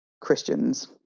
christians